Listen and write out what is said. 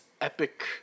epic